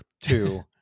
two